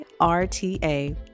RTA